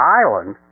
island